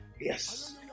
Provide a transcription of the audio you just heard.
yes